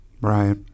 Right